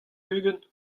ugent